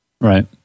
Right